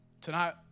Tonight